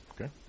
Okay